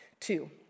Two